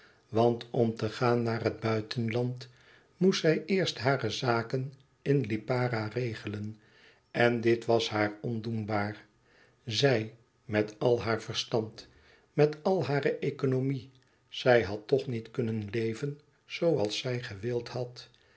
want om te gaan naar het buitenland moest zij eerst hare zaken in lipara regelen en dit was haar ondoenbaar zij met al haar verstand met al hare economie zij had toch niet kunnen leven zooals zij gewild had